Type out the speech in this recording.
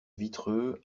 vitreux